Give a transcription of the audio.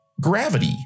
Gravity